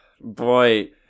boy